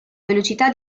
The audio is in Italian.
velocità